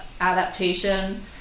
adaptation